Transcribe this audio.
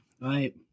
right